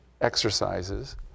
exercises